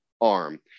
arm